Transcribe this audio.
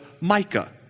Micah